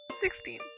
Sixteen